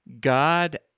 God